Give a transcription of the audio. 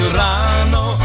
rano